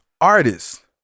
artist